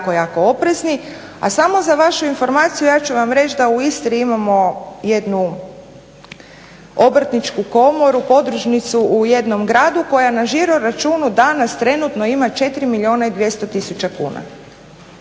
A samo za vašu informaciju ja ću vam reći da u Istri imamo jednu obrtničku komoru, podružnicu u jednom gradu koja na žiroračunu danas trenutno ima 4 milijuna i 200 tisuća kuna.